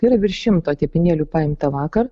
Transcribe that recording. ir virš šimto tepinėlių paimtą vakar